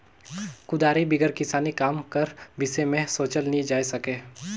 कुदारी बिगर किसानी काम कर बिसे मे सोचल नी जाए सके